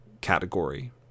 category